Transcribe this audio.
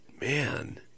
man